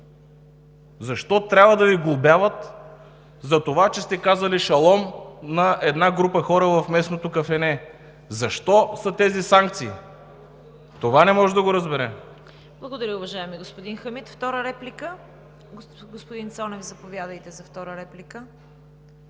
Защо трябва да Ви глобяват за това, че сте казали „шалом“ на една група хора в местното кафене? Защо са тези санкции? Това не можем да го разберем?! ПРЕДСЕДАТЕЛ ЦВЕТА КАРАЯНЧЕВА: Благодаря, уважаеми господин Хамид. Втора реплика? Господин Цонев, заповядайте за втора реплика.